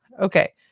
Okay